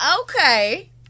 okay